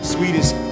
Sweetest